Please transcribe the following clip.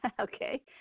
okay